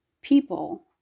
people